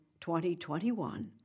2021